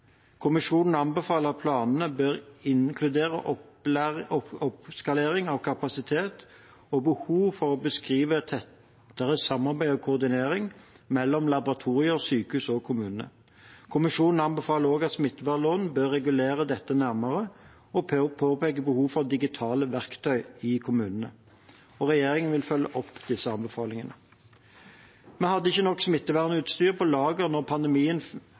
Kommisjonen anbefaler at planene bør inkludere oppskalering av kapasitet og behov for å beskrive tettere samarbeid og koordinering mellom laboratorier, sykehus og kommuner. Kommisjonen anbefaler også at smittevernloven bør regulere dette nærmere og påpeker behov for digitale verktøy i kommunene. Regjeringen vil følge opp disse anbefalingene. Vi hadde ikke nok smittevernutstyr på lager da pandemien